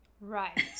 Right